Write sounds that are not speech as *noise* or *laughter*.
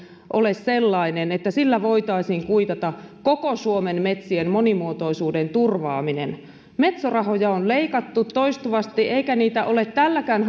ole sellainen että sillä voitaisiin kuitata koko suomen metsien monimuotoisuuden turvaaminen metso rahoja on leikattu toistuvasti eikä niitä ole tälläkään *unintelligible*